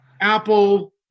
Apple